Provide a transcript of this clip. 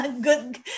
good